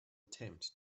attempt